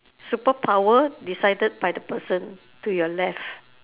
superpower decided by the person to your left